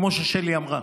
כמו ששלי אמרה,